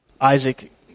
Isaac